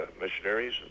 missionaries